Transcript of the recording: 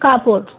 কাপড়